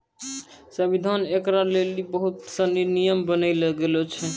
संविधान मे ऐकरा लेली बहुत सनी नियम बनैलो गेलो छै